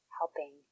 helping